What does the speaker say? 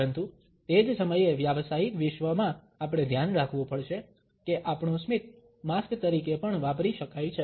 પરંતુ તે જ સમયે વ્યાવસાયિક વિશ્વમાં આપણે ધ્યાન રાખવું પડશે કે આપણું સ્મિત માસ્ક તરીકે પણ વાપરી શકાય છે